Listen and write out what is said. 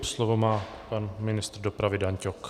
Slovo má pan ministr dopravy Dan Ťok.